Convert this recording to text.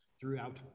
throughout